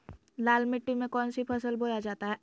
लाल मिट्टी में कौन सी फसल बोया जाता हैं?